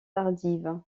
tardive